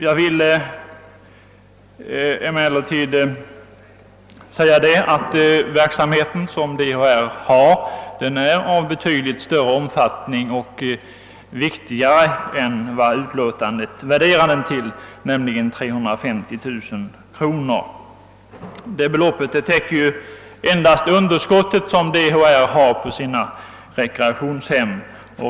DHR:s verksamhet är emellertid viktigare och av betydligt större omfattning än vad utskottsutlåtandet värderar den till, nämligen 350 000 kronor. Det beloppet täcker endast det underskott som DHR har på sina rekreationshem.